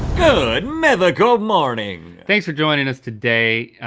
good mythical morning! thanks for joining us today.